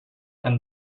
and